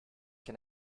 can